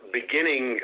beginning